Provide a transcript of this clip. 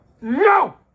No